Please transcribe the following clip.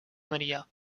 maria